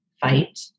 fight